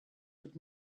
would